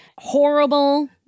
Horrible